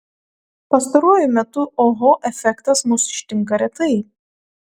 pastaruoju metu oho efektas mus ištinka retai